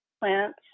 plants